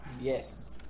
Yes